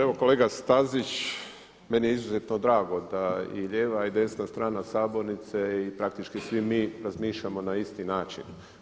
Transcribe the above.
Evo kolega Stazić, meni je izuzetno drago da i lijeva i desna strana sabornice i praktički svi mi razmišljamo na isti način.